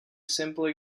simple